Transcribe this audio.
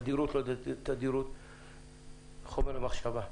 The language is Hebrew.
חומר למחשבה.